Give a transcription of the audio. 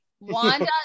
Wanda